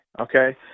Okay